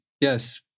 Yes